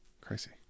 Crazy